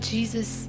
Jesus